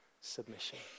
submission